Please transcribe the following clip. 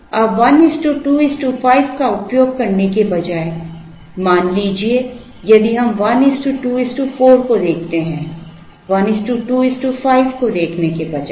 अब 125 का उपयोग करने के बजाय मान लीजिए यदि हम 1 24 को देखते हैं 125 को देखने के बजाय